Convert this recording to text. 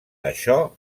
això